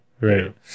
right